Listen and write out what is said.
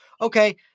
Okay